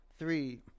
Three